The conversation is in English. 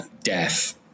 death